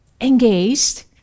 engaged